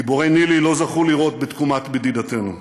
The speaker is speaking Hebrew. גיבורי ניל"י לא זכו לראות בתקומת מדינתנו.